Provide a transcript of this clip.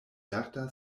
lerta